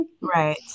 right